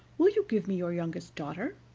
will you give me your youngest daughter?